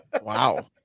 Wow